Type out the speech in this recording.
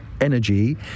energy